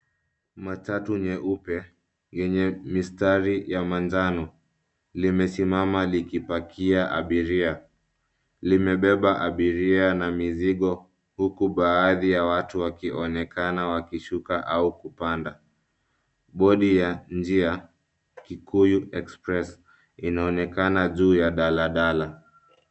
Matatu nyeupe yenye mistari ya manjano limesimama likipakia abiria. Limebeba abiria na mizigo huku baaadhi ya watu wakionekana wakishuka au kupanda. Board ya njia, kikuyu express, inaonekana juu ya daladala.